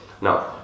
Now